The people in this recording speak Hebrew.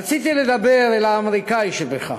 רציתי לדבר אל האמריקני שבך,